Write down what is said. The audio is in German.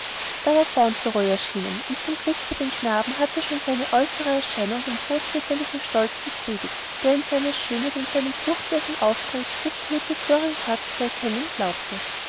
da war fauntleroy erschienen und zum glück für den knaben hatte schon seine äußere erscheinung den großväterlichen stolz befriedigt der in seiner schönheit und seinem furchtlosen auftreten das blut der dorincourts zu erkennen glaubte